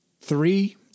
Three